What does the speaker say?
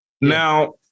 now